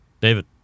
David